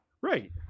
right